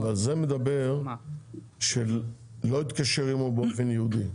--- אבל זה מדבר על "לא התקשר עמו באופן ייעודי".